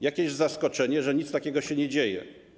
Jakie jest zaskoczenie, że nic takiego się nie dzieje.